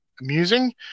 amusing